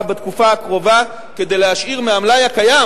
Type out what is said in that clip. בתקופה הקרובה כדי להשאיר מהמלאי הקיים,